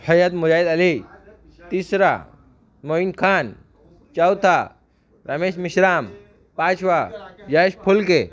हयात मुराद अली तिसरा मोईन खान चौथा M S Meshram पाचवा यश फुलके